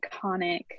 iconic